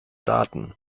daten